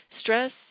Stress